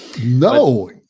No